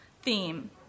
theme